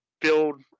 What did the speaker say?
build